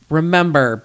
remember